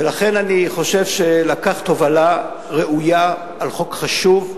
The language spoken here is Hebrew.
ולכן אני חושב שלקחת הובלה ראויה של חוק חשוב,